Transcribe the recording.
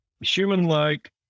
human-like